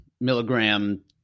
milligram